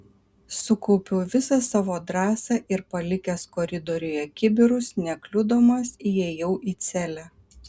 sukaupiau visą savo drąsą ir palikęs koridoriuje kibirus nekliudomas įėjau į celę